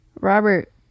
Robert